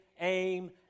aim